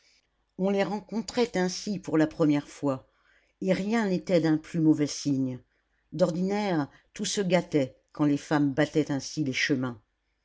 on les rencontrait ainsi pour la première fois et rien n'était d'un plus mauvais signe d'ordinaire tout se gâtait quand les femmes battaient ainsi les chemins